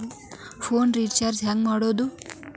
Phone recharge ಹೆಂಗೆ ಮಾಡೋದು?